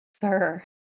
sir